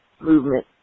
movement